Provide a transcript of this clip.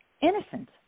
innocent